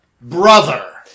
brother